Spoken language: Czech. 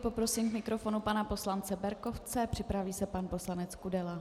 Poprosím k mikrofonu pana poslance Berkovce, připraví se pan poslanec Kudela.